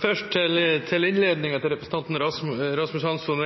Først til innledningen til representanten Rasmus Hansson: